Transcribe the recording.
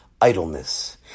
idleness